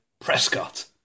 Prescott